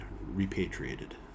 repatriated